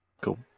Cool